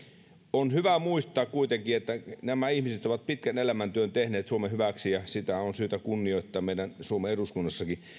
on hyvä muistaa kuitenkin että nämä ihmiset ovat pitkän elämäntyön tehneet suomen hyväksi ja sitä meidän on syytä kunnioittaa suomen eduskunnassakin